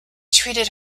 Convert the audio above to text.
treated